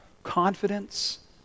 confidence